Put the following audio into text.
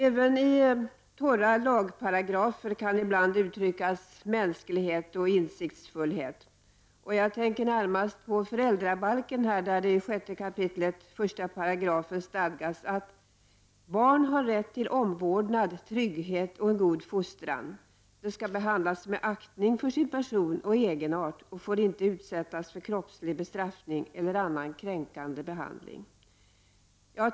Även i torra lagparagrafer kan ibland uttryckas mänsklighet och insiktsfullhet. Jag tänker närmast på föräldrabalken, där det i 6 kap. 1§ stadgas att barn har rätt till omvårdnad, trygghet och en god fostran. De skall behandlas med aktning för sin person och egenart och får inte utsättas för kroppslig bestraffning eller annan kränkande behandling.